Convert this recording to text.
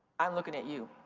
i'm looking at you.